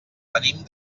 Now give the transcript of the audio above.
venim